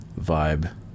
vibe